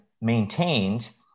maintained